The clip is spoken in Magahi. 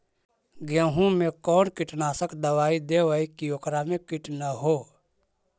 गेहूं में कोन कीटनाशक दबाइ देबै कि ओकरा मे किट न हो?